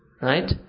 right